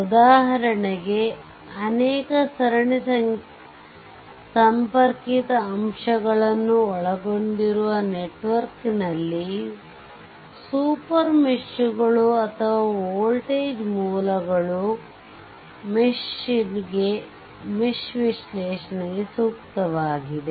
ಉದಾಹರಣೆಗೆ ಅನೇಕ ಸರಣಿ ಸಂಪರ್ಕಿತ ಅಂಶಗಳನ್ನು ಒಳಗೊಂಡಿರುವ ನೆಟ್ವರ್ಕ್ನಲ್ಲಿ ಸೂಪರ್ ಮೆಶ್ ಗಳು ಅಥವಾ ವೋಲ್ಟೇಜ್ ಮೂಲಗಳು ಮೆಶ್ ವಿಶ್ಲೇಷಣೆಗೆ ಸೂಕ್ತವಾಗಿವೆ